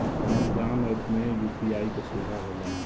Amazon app में UPI क सुविधा होला